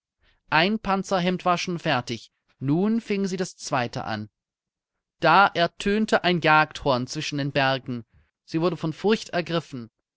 ein panzerhemd war schon fertig nun fing sie das zweite an da ertönte ein jagdhorn zwischen den bergen sie wurde von furcht ergriffen